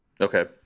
Okay